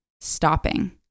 stopping